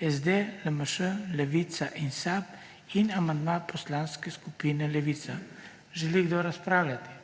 SD, LMŠ, Levica in SAB ter amandma Poslanske skupine Levica. Želi kdo razpravljati?